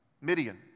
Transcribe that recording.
Midian